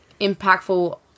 impactful